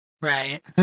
Right